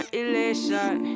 elation